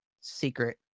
secret